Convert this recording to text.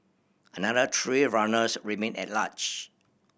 another three runners remain at large